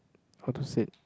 how to said